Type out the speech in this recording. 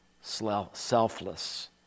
selfless